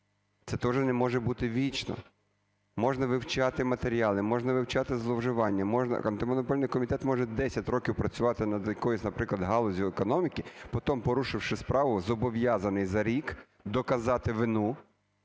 це теж не може бути вічно. Можна вивчати матеріали, можна вивчати зловживання, можна … Антимонопольний комітет може 10 років працювати над якоюсь, наприклад, галуззю економіки, потім, порушивши справу, зобов'язаний за рік доказати вину,